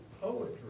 poetry